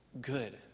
good